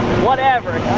whatever.